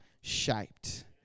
shaped